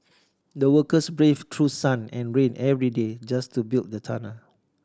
the workers braved through sun and rain every day just to build the tunnel